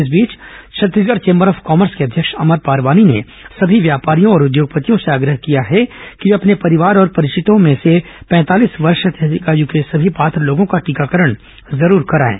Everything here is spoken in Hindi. इस बीच छत्तीसगढ़ चेंबर ऑफ कॉमर्स के अध्यक्ष अमर परवानी ने सभी व्यापारियों और उद्योगपतियों से आग्रह किया है कि वे अपने परिवार और परिचितों में से पैंतालीस वर्ष से अधिक आयु के सभी पात्र लोगों का टीकाकरण जरूर कराएं